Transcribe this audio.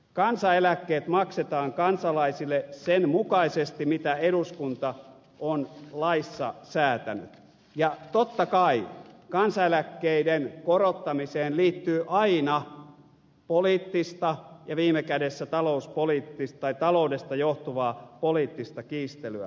kansaneläkkeet maksetaan kansalaisille sen mukaisesti mitä eduskunta on laissa säätänyt ja totta kai kansaneläkkeiden korottamiseen liittyy aina poliittista ja viime kädessä taloudesta johtuvaa poliittista kiistelyä